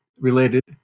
related